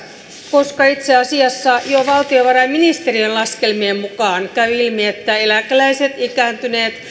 koska itse asiassa jo valtiovarainministeriön laskelmien mukaan käy ilmi että eläkeläiset ikääntyneet